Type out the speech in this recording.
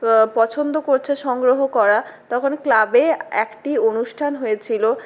পছন্দ করছে সংগ্রহ করা তখন ক্লাবে একটি অনুষ্ঠান হয়েছিলো